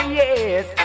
yes